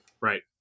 right